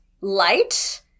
light